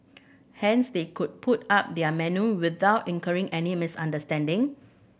hence they could put up their menu without incurring any misunderstanding